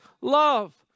love